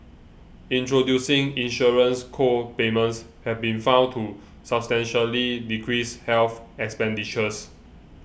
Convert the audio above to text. introducing insurance co payments have been found to substantially decrease health expenditures